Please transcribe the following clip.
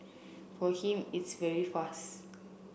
for him it's very fast